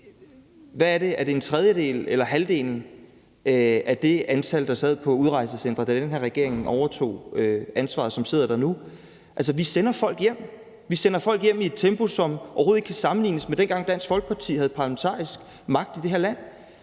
Hvad er det? Er det en tredjedel eller halvdelen af det antal, der sad på udrejsecentre, da den her regering overtog ansvaret, som sidder der nu? Altså, vi sender folk hjem. Vi sender folk hjem i et tempo, som overhovedet ikke kan sammenlignes med dengang, Dansk Folkeparti havde parlamentarisk magt i det her land.